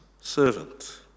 servant